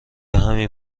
همین